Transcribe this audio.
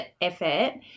Effort